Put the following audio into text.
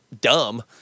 dumb